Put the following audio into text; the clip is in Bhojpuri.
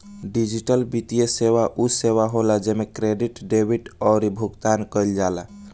डिजिटल वित्तीय सेवा उ सेवा होला जेमे क्रेडिट, डेबिट अउरी भुगतान कईल जाला